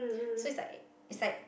so it's like it's like